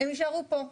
הם יישארו פה.